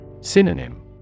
Synonym